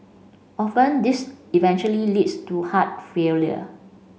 often this eventually leads to heart failure